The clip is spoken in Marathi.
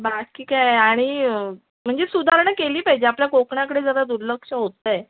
बाकी काय आणि म्हणजे सुधारणा केली पाहिजे आपल्या कोकणाकडे जरा दुर्लक्ष होतं आहे